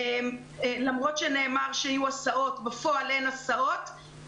למרות שנאמר שיהיו הסעות, בפועל אין הסעות.